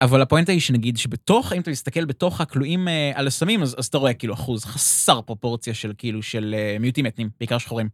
אבל הפואנטה היא שנגיד שבתוך, אם אתה מסתכל בתוך הכלואים על הסמים, אז אתה רואה כאילו אחוז חסר פרופורציה של מיעוטים אתניים, בעיקר שחורים.